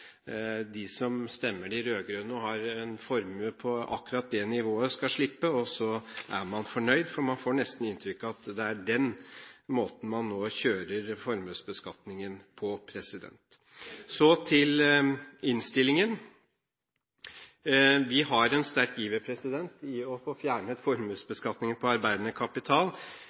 de som stemmer de rød-grønne og har en formue på et spesielt nivå, skal slippe, og så er man fornøyd? For man får nesten inntrykk av at det er den måten man nå kjører formuesbeskatningen på. Så til innstillingen: Vi har en sterk iver etter å få fjernet formuesbeskatningen på arbeidende kapital,